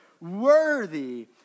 worthy